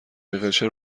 بخیر، چه